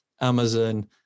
Amazon